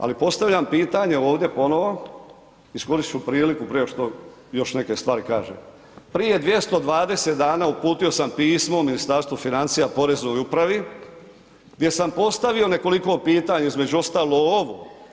Ali postavljam pitanje ovdje ponovo, iskoristit ću priliku prije još neke stvari kažem, prije 220 dana uputio sam pismo Ministarstvu financija, Poreznoj upravi gdje sam postavio nekoliko pitanja, između ostalo ovo.